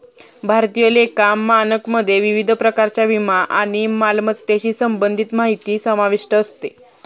भारतीय लेखा मानकमध्ये विविध प्रकारच्या विमा आणि मालमत्तेशी संबंधित माहिती समाविष्ट असते